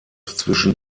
zwischen